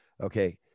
Okay